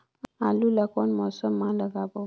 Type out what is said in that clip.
आलू ला कोन मौसम मा लगाबो?